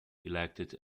elected